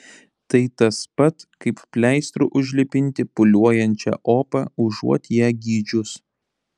tai tas pat kaip pleistru užlipinti pūliuojančią opą užuot ją gydžius